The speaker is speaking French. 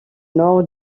nord